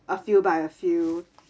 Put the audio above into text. a few by a few